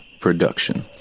Production